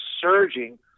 surging